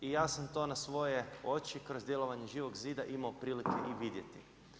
I ja sam to na svoje oči kroz djelovanje Živog zida imao prilike i vidjeti.